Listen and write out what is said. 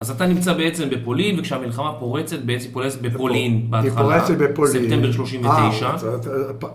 אז אתה נמצא בעצם בפולין, וכשהמלחמה פורצת, בעצם היא פורצת בפולין. היא פורצת בפולין. בהתחלה, ספטמבר 39.